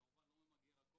זה כמובן לא ממגר הכול,